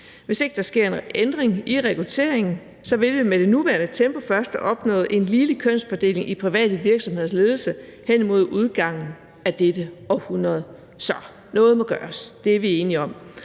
Hvis ikke der sker en ændring i rekrutteringen, vil vi med det nuværende tempo først have opnået en ligelig kønsfordeling i private virksomheders ledelse hen imod udgangen af dette århundrede. Så noget må gøres – det er vi enige om.